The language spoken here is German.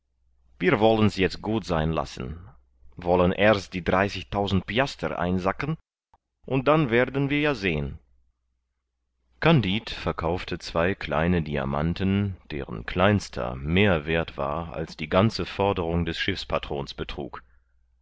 wir wollen's jetzt gut sein lassen wollen erst die dreißigtausend piaster einsacken und dann werden wir ja sehen kandid verkaufte zwei kleine diamanten deren kleinster mehr werth war als die ganze forderung des schiffpatrons betrug